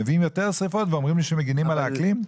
מביאים יותר שריפות ואומרים לי שהם מגנים על האקלים.